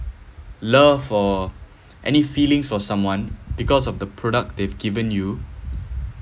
love or any feelings for someone because of the product they have given you